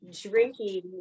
drinking